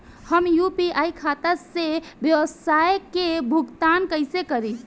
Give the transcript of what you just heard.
हम यू.पी.आई खाता से व्यावसाय के भुगतान कइसे करि?